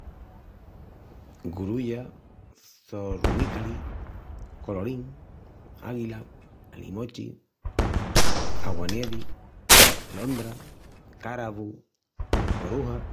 Gurulla, çorrumícali, colorín, águila, alimochi, agua-nievi, londra, cáravu, coruja.